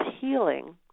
healing